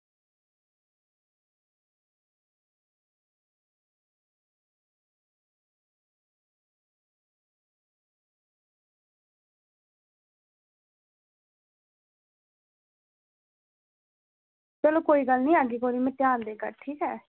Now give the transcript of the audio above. चलो कोई गल्ल निं अग्गें कोला में ध्यान देगा ठीक ऐ